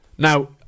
Now